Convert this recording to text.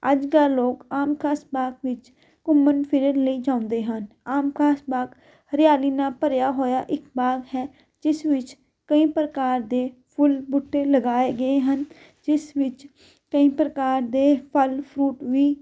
ਅੱਜ ਕੱਲ੍ਹ ਲੋਕ ਆਮ ਖਾਸ ਬਾਗ ਵਿੱਚ ਘੁੰਮਣ ਫਿਰਨ ਲਈ ਜਾਂਦੇ ਹਨ ਆਮ ਖਾਸ ਬਾਗ ਹਰਿਆਲੀ ਨਾਲ ਭਰਿਆ ਹੋਇਆ ਇੱਕ ਬਾਗ ਹੈ ਜਿਸ ਵਿੱਚ ਕਈ ਪ੍ਰਕਾਰ ਦੇ ਫੁੱਲ ਬੂਟੇ ਲਗਾਏ ਗਏ ਹਨ ਜਿਸ ਵਿੱਚ ਕਈ ਪ੍ਰਕਾਰ ਦੇ ਫਲ ਫਰੂਟ ਵੀ